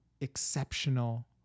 exceptional